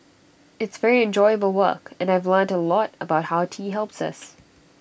it's very enjoyable work and I've learnt A lot about how tea helps us